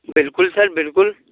बिलकुल सर बिलकुल